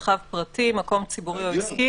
במרחב הפרטי ובמקום ציבורי או עסקי.